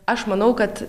aš manau kad